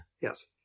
Yes